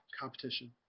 competition